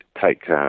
take